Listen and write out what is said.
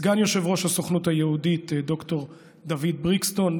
סגן יושב-ראש הסוכנות היהודית ד"ר דוד ברייקסטון,